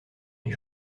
les